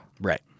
Right